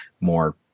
more